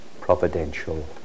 providential